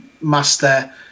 master